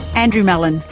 andrew mullen,